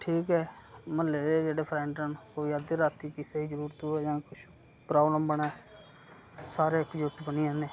ठीक ऐ म्हल्ले दे जेह्ड़े फ्रेंड न कोई अद्धी राती किसे दी जरूरत होऐ जां किश प्राब्लम बने सारे इकजुट बनी जन्दे